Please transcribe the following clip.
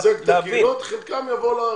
אתה מחזק את הקהילות, חלקם יבואו לארץ.